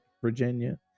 Virginia